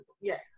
Yes